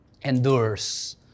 endures